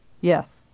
Yes